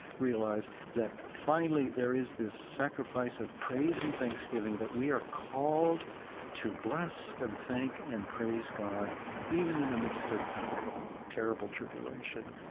realize that finally finally there is this sacrifice of praise and thanksgiving that we are called to bless and thank and praise god even in the midst of terrible tribulation.